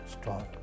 strong